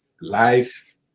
life